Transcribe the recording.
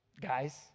guys